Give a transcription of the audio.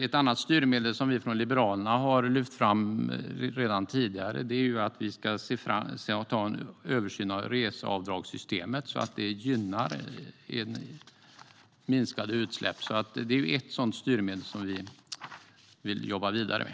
Ett annat styrmedel som vi från Liberalerna har lyft fram redan tidigare är att vi ska göra en översyn av reseavdragssystemet så att det gynnar minskade utsläpp. Det är ett sådant styrmedel som vi vill jobba vidare med.